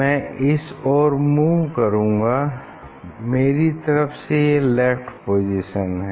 मैं इस ओर मूव करूँगा मेरी तरफ से ये लेफ्ट पोजीशन है